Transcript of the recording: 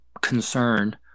concern